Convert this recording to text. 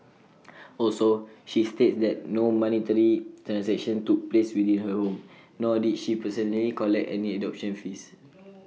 also she states that no monetary transactions took place within her home nor did she personally collect any adoption fees